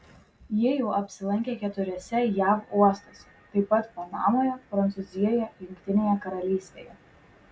ji jau apsilankė keturiuose jav uostuose taip pat panamoje prancūzijoje jungtinėje karalystėje